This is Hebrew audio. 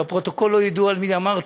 בפרוטוקול לא ידעו על מי אמרתי.